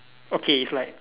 okay it's like